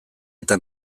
eta